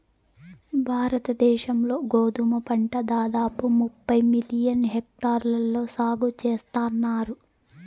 భారత దేశం లో గోధుమ పంట దాదాపు ముప్పై మిలియన్ హెక్టార్లలో సాగు చేస్తన్నారు